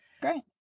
Great